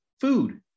food